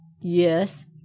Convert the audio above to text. yes